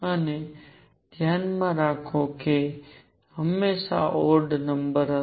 અને ધ્યાનમાં રાખો કે આ હંમેશાં ઓડ નંબર હશે